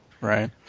Right